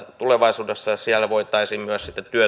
tulevaisuudessa jos siellä voitaisiin myös sitten